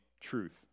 truth